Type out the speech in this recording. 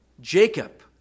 Jacob